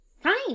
Fine